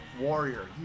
Warrior